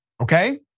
Okay